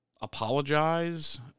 apologize